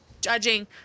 judging